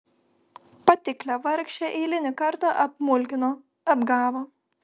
patiklią vargšę eilinį kartą apmulkino apgavo